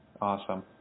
Awesome